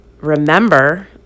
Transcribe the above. remember